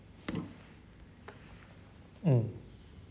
mm